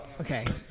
Okay